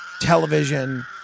television